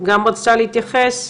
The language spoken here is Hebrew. גם רצתה להתייחס.